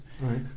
Right